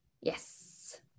yes